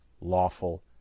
lawful